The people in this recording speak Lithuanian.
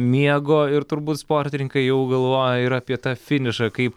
miego ir turbūt sportininkai jau galvoja ir apie tą finišą kaip